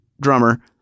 drummer